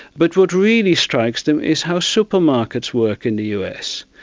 but what really strikes them is how supermarkets work in the us,